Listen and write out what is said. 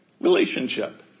relationship